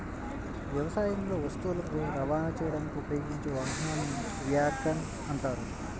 వ్యవసాయంలో వస్తువులను రవాణా చేయడానికి ఉపయోగించే వాహనాన్ని వ్యాగన్ అంటారు